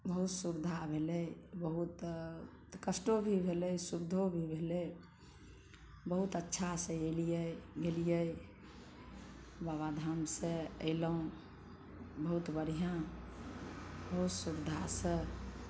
बहुत सुबिधा भेलै बहुत कष्टो भी भेलै सुविधो भी भेलै बहुत अच्छा से एलियै गेलियै बाबाधामसँ एलहुँ बहुत बढ़िआँ बहुत सुविधासँ